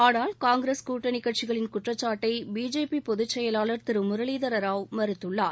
ஆனால் காங்கிரஸ் கூட்டணி கட்சிகளின் குற்றச்சாட்டை பிஜேபி பொதுச்செயலாளர் திரு முரளிதர ராவ் மறுத்துள்ளார்